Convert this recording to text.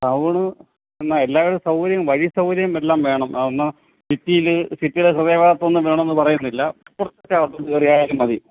town എന്നാ എല്ലാ വിധ സൗകര്യവും വഴി സൗകര്യവും എല്ലാം വേണം എന്നാ സിറ്റിയിൽ സിറ്റിയുടെ ഹൃദയഭാഗത്ത് ഒന്നും വേണം എന്ന് പറയുന്നില്ല കുറച്ച് അകത്തോട്ട് കയറി ആയാലും മതി